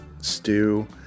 stew